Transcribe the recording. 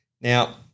Now